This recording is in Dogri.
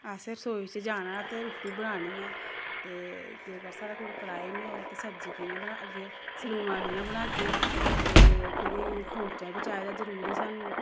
असें रसोई च जाना ते रुट्टी बनानी ऐ ते जेकर साढ़े कोल कढ़ाही निं होग ते सब्जी कि'यां बनागे सलूना कि'यां बनागे ते फिरी खोंचा बी चाहिदा जरूरी सानूं